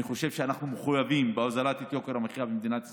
אני חושב שאנחנו מחויבים להורדת יוקר המחיה במדינת ישראל.